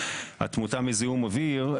התמותה מזיהום אוויר.